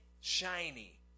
shiny